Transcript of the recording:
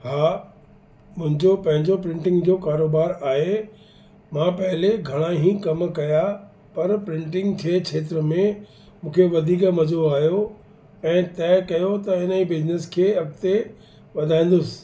हा मुंहिंजो पंहिंजो प्रिटिंग जो कारोबार आहे मां पहले घणा ई कम कया पर प्रिटिंग जे क्षेत्र में मूंखे वधीक मज़ो आयो ऐं तइ कयो त हिन ई बिजनिस खे अॻिते वधाईंदुसि